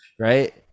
Right